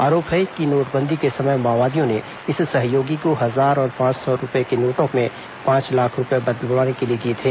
आरोप है कि नोटबंदी के समय माओवादियों ने इस सहयोगी को हजार और पांच सौ के नोटों में पांच लाख रूपये बदलवाने के लिए दिए थे